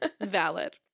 Valid